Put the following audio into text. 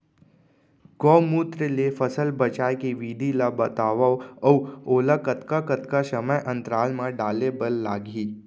गौमूत्र ले फसल बचाए के विधि ला बतावव अऊ ओला कतका कतका समय अंतराल मा डाले बर लागही?